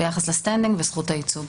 ביחס לסטנדינג וזכות הייצוג.